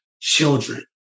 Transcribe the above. Children